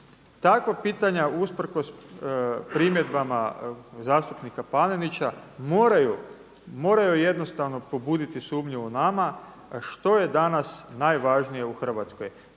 Takva pitanja usprkos primjedbama zastupnika Panenića moraju, moraju jednostavno pobuditi sumnju u nama što je danas najvažnije u Hrvatskoj.